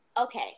Okay